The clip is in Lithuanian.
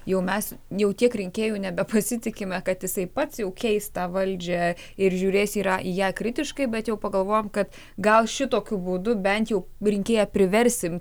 jau mes jau tiek rinkėju nebepasitikime kad jisai pats jau keis tą valdžią ir žiūrės yra į ją kritiškai bet jau pagalvojom kad gal šitokiu būdu bent jau rinkėją priversim